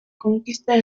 conquista